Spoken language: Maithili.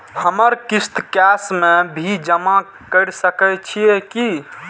हमर किस्त कैश में भी जमा कैर सकै छीयै की?